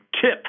tip